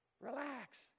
Relax